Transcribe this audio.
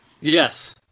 Yes